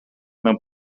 mewn